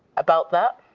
about that.